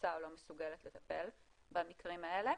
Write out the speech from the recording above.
רוצה או לא מסוגלת לטפל במקרים האלה.